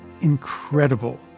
Incredible